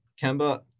Kemba